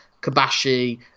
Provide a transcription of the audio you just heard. Kabashi